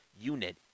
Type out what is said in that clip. unit